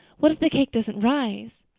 what if that cake doesn't rise?